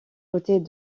côtés